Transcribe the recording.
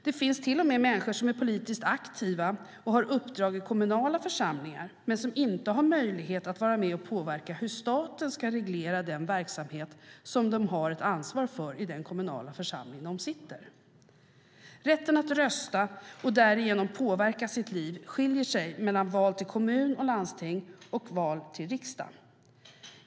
Det finns till och med människor som är politiskt aktiva och har uppdrag i kommunala församlingar som inte har möjlighet att vara med och påverka hur staten ska reglera den verksamhet som de har ansvar för i den kommunala församling där de sitter. Rätten att rösta och därigenom påverka sitt liv skiljer sig mellan val till kommun och landsting och val till riksdagen.